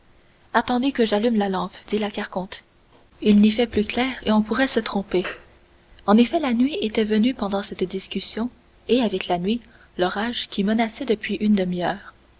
attendez que j'allume la lampe dit la carconte il n'y fait plus clair et on pourrait se tromper en effet la nuit était venue pendant cette discussion et avec la nuit l'orage qui menaçait depuis une demi-heure